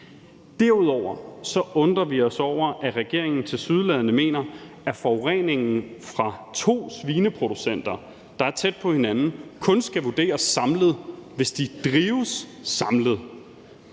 Derudover undrer vi os over, at regeringen tilsyneladende mener, at forureningen fra to svineproducenter, der er tæt på hinanden, kun skal vurderes samlet, hvis de drives samlet.